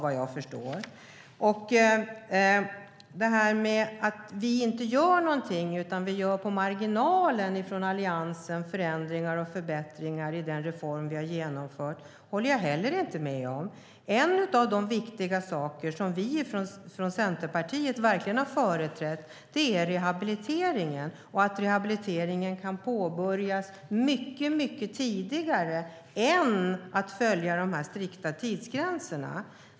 Att vi från Alliansen inte gör någonting utan att vi bara gör förändringar och förbättringar på marginalen av den reform som vi har genomfört håller jag heller inte med om. En av de viktiga saker som vi från Centerpartiet verkligen har företrätt är rehabiliteringen och att den kan påbörjas mycket tidigare i stället för att man följer de strikta tidsgränserna.